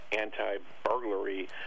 anti-burglary